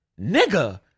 Nigga